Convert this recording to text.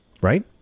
right